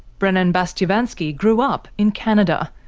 brennan bastyovansky grew up in canada.